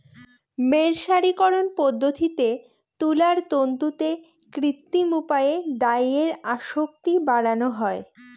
মের্সারিকরন পদ্ধতিতে তুলার তন্তুতে কৃত্রিম উপায়ে ডাইয়ের আসক্তি বাড়ানো হয়